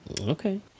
Okay